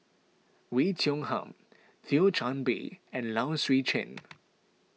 Oei Tiong Ham Thio Chan Bee and Low Swee Chen